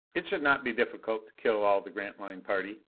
it should not be difficult to kill all the grantline party.